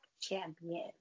champion